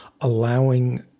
allowing